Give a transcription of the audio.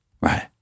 Right